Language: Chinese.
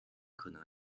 可能